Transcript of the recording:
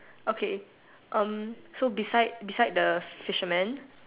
okay um so beside beside the fisherman